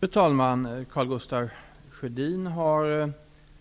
Fru talman! Karl Gustaf Sjödin har